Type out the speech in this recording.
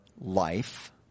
life